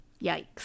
Yikes